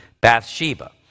Bathsheba